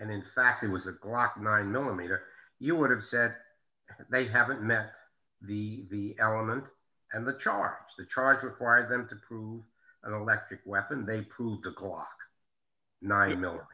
and in fact it was a glock nine millimeter you would have said they haven't met the element and the charge the charge require them to prove i don't back to weapon they proved o'clock nine mil